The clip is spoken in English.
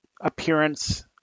appearance